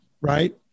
Right